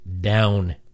down